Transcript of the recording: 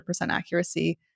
accuracy